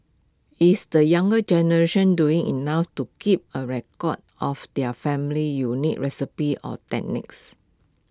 is the younger generation doing enough to keep A record of their family's unique recipes or techniques